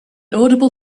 audible